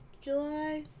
July